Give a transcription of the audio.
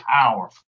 powerful